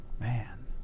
man